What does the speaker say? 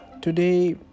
today